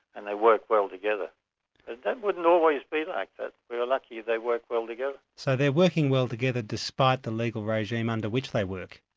and they work well together. and that wouldn't always be like that, we're lucky they work well together. so they're working well together, despite the legal regime under which they work?